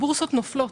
הבורסות נופלות.